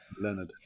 Leonard